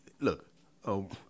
look